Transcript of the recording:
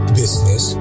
business